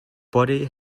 body